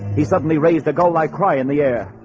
he suddenly raised a go like cry in the air